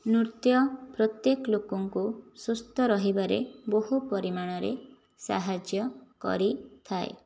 ନୃତ୍ୟ ପ୍ରତ୍ୟକ ଲୋକଙ୍କୁ ସୁସ୍ଥ ରହିବାରେ ବହୁ ପରିମାଣରେ ସାହାଯ୍ୟ କରିଥାଏ